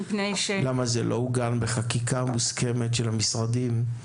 למה זה לא עוגן בחקיקה מוסכמת של המשרדים?